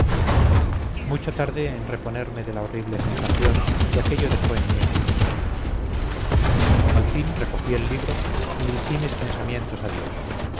mucho tardé en reponerme de la horrible sensación que aquello dejó en mi alma al fin recogí el libro y dirigí mis pensamientos a dios